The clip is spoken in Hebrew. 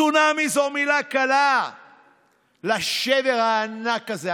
צונאמי זו מילה קלה לשבר הענק הזה,